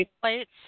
plates